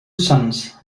sons